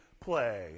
play